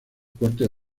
cortes